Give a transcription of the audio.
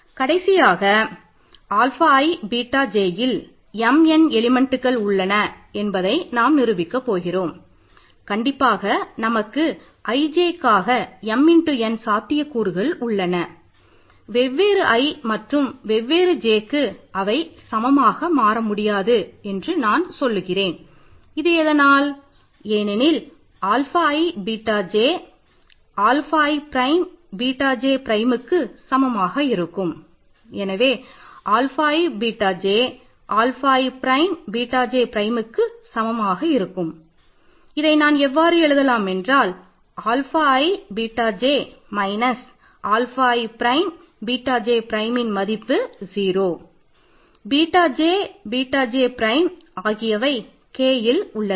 கடைசியாக ஆல்ஃபா Lல் உள்ளது